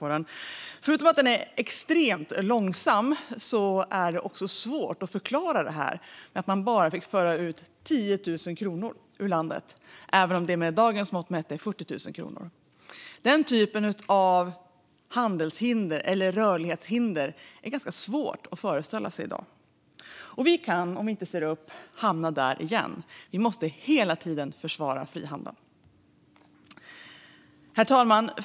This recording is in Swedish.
Förutom att filmen är extremt långsam är det svårt att förklara att man bara fick föra ut 10 000 kronor ur landet, även om det med dagens mått mätt är 40 000 kronor. Den typen av handelshinder eller rörlighetshinder är ganska svåra att föreställa sig i dag. Men vi kan, om vi inte ser upp, hamna där igen. Vi måste hela tiden försvara frihandeln. Herr talman!